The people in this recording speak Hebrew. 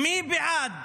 מי בעד